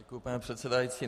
Děkuji, paní předsedající.